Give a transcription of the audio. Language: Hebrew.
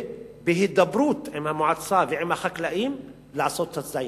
ובהידברות עם המועצה ועם החקלאים לעשות את הצעדים.